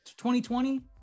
2020